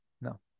no